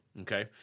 okay